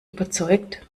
überzeugt